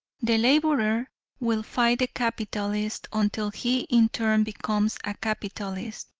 the laborer will fight the capitalist until he in turn becomes a capitalist,